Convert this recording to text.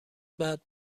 بعد